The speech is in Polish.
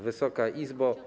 Wysoka Izbo!